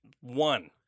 one